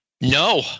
No